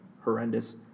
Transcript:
horrendous